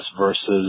versus –